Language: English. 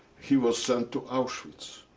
he was sent to auschwitz.